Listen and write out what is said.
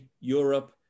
Europe